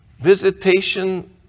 Visitation